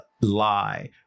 lie